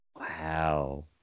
Wow